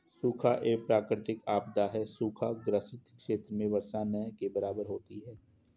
सूखा एक प्राकृतिक आपदा है सूखा ग्रसित क्षेत्र में वर्षा न के बराबर होती है